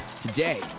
Today